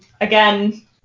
again